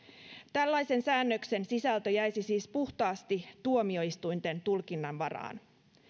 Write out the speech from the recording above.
tällaisen säännöksen sisältö jäisi siis puhtaasti tuomioistuinten tulkinnan varaan